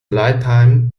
lifetime